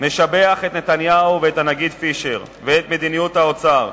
משבח את נתניהו ואת הנגיד פישר ואת מדיניות האוצר,